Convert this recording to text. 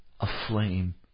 aflame